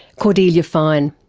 cordelia fine.